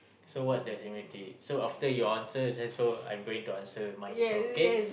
so what's the similarity so after your answer then so I'm going to answer mine also okay